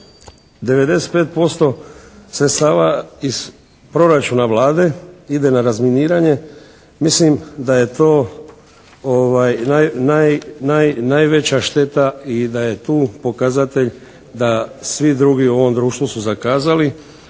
95% sredstava iz proračuna Vlade iz na razminiranje. Mislim da je to najveća šteta i da je tu pokazatelj da svi drugi u ovom društvu su zakazali